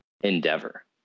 endeavor